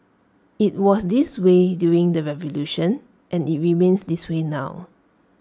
IT was this way during the revolution and IT remains this way now